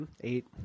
Eight